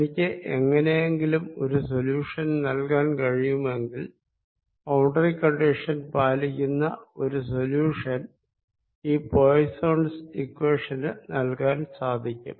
എനിക്ക് എങ്ങിനെയെങ്കിലും ഒരു സൊല്യൂഷൻ നല്കാൻ കഴിയുമെങ്കിൽ ബൌണ്ടറി കണ്ടിഷൻ പാലിക്കുന്ന ഒരു സൊല്യൂഷൻ ഈ പോയിസ്സോൻസ് ഇക്വേഷന് നല്കാൻ സാധിക്കും